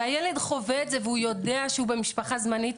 והילד חווה את זה והוא יודע שהוא במשפחה זמנית.